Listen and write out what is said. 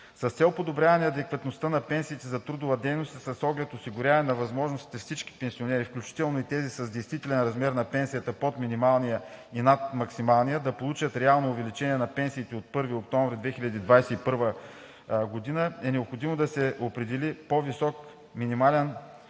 С цел подобряване адекватността на пенсиите за трудова дейност и с оглед осигуряване на възможност всички пенсионери, включително и тези с действителен размер на пенсията под минималния и над максималния, да получат реално увеличение на пенсиите от 1 октомври 2021 г., е необходимо да се определи по-висок минимален,